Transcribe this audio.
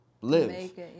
live